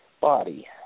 body